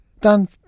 Dan